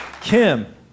Kim